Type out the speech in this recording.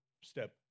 step